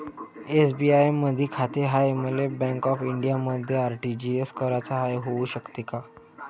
SBI मधी खाते हाय, मले बँक ऑफ इंडियामध्ये आर.टी.जी.एस कराच हाय, होऊ शकते का?